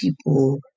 people